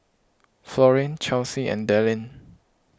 Florine Chauncy and Dallin